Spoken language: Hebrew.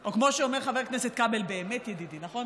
או כמו שאומר חבר הכנסת כבל, באמת ידידי, נכון?